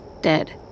dead